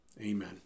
Amen